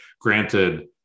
Granted